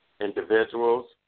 individuals